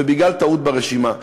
בגלל טעות ברשימה.